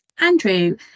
Andrew